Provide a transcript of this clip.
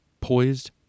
poised